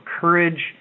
courage